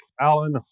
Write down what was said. Alan